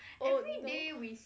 oh no